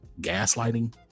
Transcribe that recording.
gaslighting